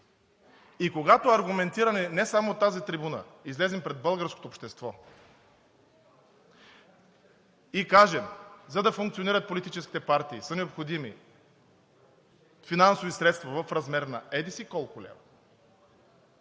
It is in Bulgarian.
и когато аргументираме не само от тази трибуна – излезем пред българското общество и кажем: „За да функционират политическите партии, са необходими финансови средства в размер на еди-колко си лева.